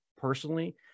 personally